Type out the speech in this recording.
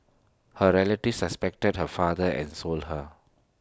her relatives has suspected her father had sold her